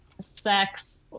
sex